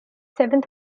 seventh